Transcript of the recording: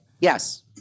yes